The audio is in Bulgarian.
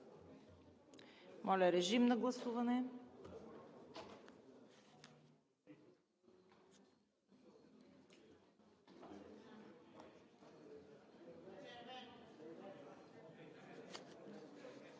Моля, режим на гласуване